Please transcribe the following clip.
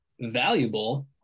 valuable